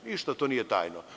Ništa to nije tajno.